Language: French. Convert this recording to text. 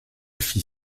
fit